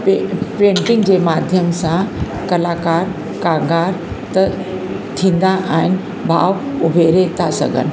पे painting जे माध्यम सां कलाकार कागार त थींदा आहिनि भाव उभेरे था सघनि